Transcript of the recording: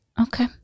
Okay